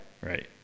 Right